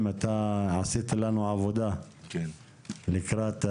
אתה עשית לנו עבודה לקראת הדיון,